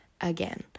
again